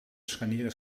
scharnieren